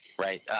right